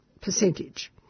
percentage